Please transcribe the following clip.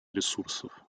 ресурсов